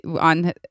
on